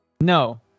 No